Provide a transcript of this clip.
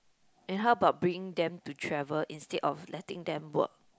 and how about bringing them to travel instead of letting them work